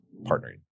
partnering